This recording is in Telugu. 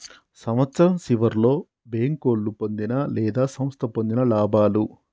సంవత్సరం సివర్లో బేంకోలు పొందిన లేదా సంస్థ పొందిన లాభాలు